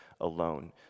alone